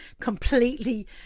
completely